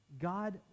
God